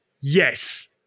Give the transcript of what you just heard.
yes